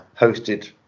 Hosted